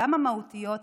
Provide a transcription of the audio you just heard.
גם המהותיות,